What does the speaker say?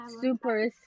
super